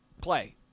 play